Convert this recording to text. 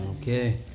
okay